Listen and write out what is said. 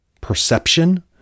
perception